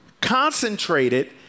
concentrated